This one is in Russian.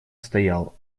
стоял